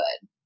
good